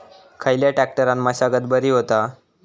खयल्या ट्रॅक्टरान मशागत बरी होता?